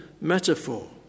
metaphor